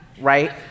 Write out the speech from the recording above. right